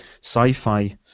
sci-fi